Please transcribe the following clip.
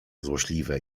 złośliwe